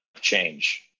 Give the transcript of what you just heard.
change